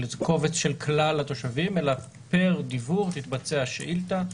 של קובץ של כלל התושבים אלא פר דיוור תתבצע השאילתה,